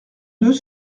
deux